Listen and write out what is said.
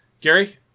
Gary